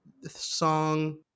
song